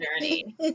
journey